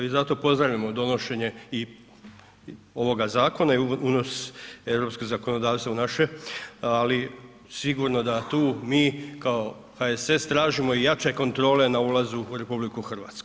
I zato pozdravljamo donošenje i ovoga zakona i unos europskog zakonodavstva u naše ali sigurno da tu mi kao HSS tražimo i jače kontrole na ulazu u RH.